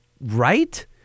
Right